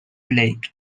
lake